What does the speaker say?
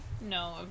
No